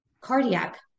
cardiac